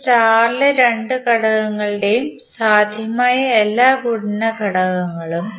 ഒരു സ്റ്റാർ ഇലെ 2 ഘടകങ്ങളുടെ സാധ്യമായ എല്ലാ ഗുണന ഖഡ്ഗങ്ങളും